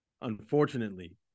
unfortunately